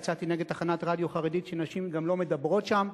יצאתי נגד תחנת רדיו חרדית שנשים גם לא מדברות שם,